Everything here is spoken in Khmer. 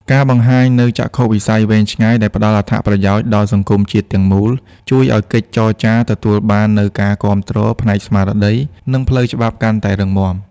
ការបង្ហាញនូវចក្ខុវិស័យវែងឆ្ងាយដែលផ្ដល់អត្ថប្រយោជន៍ដល់សង្គមជាតិទាំងមូល ជួយឱ្យកិច្ចចរចាទទួលបាននូវការគាំទ្រផ្នែកស្មារតី និងផ្លូវច្បាប់កាន់តែរឹងមាំ។